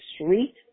street